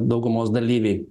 daugumos dalyviai